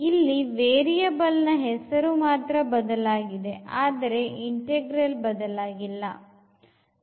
ಇಲ್ಲಿ variableನ ಹೆಸರು ಮಾತ್ರ ಬದಲಾಗಿದೆ ಆದರೆ integral ಬದಲಾಗುವುದಿಲ್ಲ